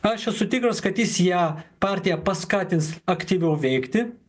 aš esu tikras kad jis ją partiją paskatins aktyviau veikti